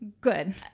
good